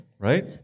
Right